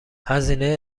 هزینه